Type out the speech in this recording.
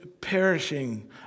perishing